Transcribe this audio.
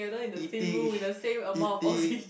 eating eating